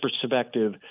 perspective